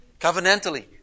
covenantally